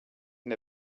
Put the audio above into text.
and